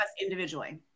individually